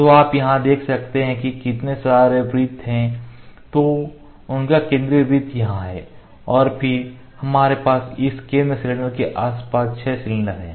तो आप यहां देख सकते हैं कि कितने सारे वृत्त हैं तो उनका केंद्रीय वृत्त यहाँ है और फिर हमारे पास इस केंद्र सिलेंडर के आसपास 6 सिलेंडर हैं